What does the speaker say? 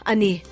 Ani